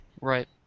Right